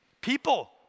People